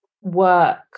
work